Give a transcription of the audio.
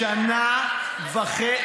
שנה וחצי,